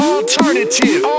Alternative